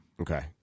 Okay